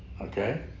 Okay